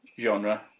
Genre